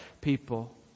people